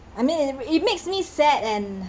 I mean it it makes me sad and